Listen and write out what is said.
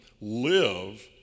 live